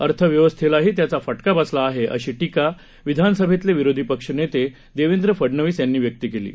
अर्थव्यवस्थेलाही त्याचा फटका बसला आहे अशी टीका विधानसभेतले विरोधी पक्षनेते देवेंद्र फडनवीस यांनी व्यक्त केलं आहे